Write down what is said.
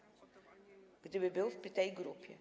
A gdyby był w tej grupie.